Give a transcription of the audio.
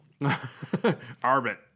arbit